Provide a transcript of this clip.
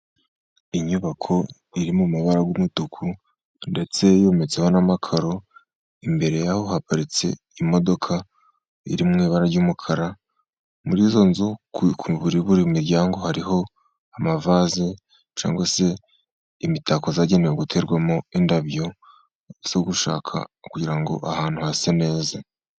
Inyubako iri mu mabara y'umutuku, ndetse yometseho n'amakaro. Imbere yaho, haparitse imodoka iri mu ibara ry'umukara. Muri izo nzu, kuri buri muryango, hariho amavaze cyangwa se imitako zagenewe guterwamo indabo zo gushaka, kugira ngo ahantu hase neza.